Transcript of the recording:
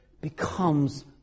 becomes